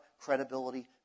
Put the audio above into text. credibility